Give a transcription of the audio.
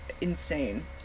insane